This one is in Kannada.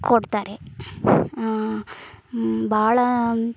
ಕೊಡ್ತಾರೆ ಭಾಳ